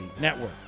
Network